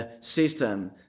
system